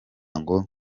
ngo